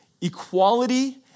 equality